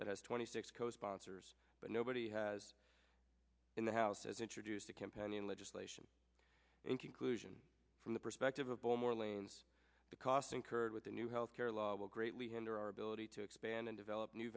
that has twenty six co sponsors but nobody has in the house as introduced a companion legislation a conclusion from the perspective of the more lanes the cost incurred with the new health care law will greatly hinder our ability to expand and develop new